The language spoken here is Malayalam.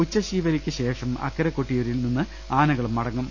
ഉച്ചശീവേലിക്ക് ശേഷം അക്കരെ കൊട്ടിയൂരിൽ നിന്ന് ആനകളും മടങ്ങും